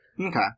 okay